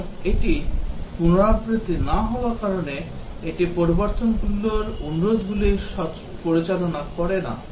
এবং এটি পুনরাবৃত্তি না হওয়ার কারণে এটি পরিবর্তনগুলির অনুরোধগুলি পরিচালনা করে না